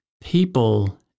people